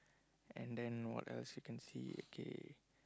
and then what else you can see okay